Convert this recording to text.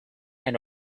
and